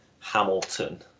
Hamilton